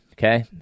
Okay